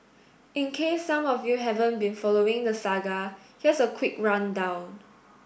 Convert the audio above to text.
in case some of you haven't been following the saga here's a quick rundown